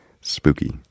Spooky